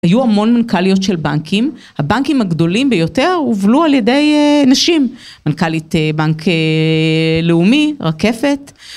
היו המון מנכ״ליות של בנקים, הבנקים הגדולים ביותר הובלו על ידי נשים, מנכ״לית בנק לאומי, רקפת.